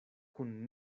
kun